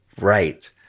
Right